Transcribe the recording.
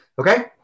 Okay